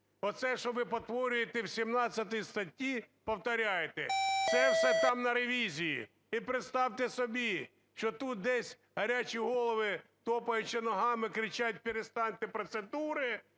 Оце, що ви повторюєте в 17, повторяєте, це все там на ревізії. І представте собі, що тут десь гарячі голови, тупаючи ногами, кричать: "Перестаньте! Процедури